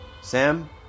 Sam